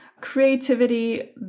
creativity